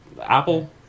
Apple